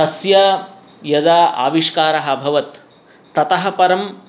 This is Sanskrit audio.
तस्य यदा आविष्कारः अभवत् ततः परं